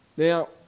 Now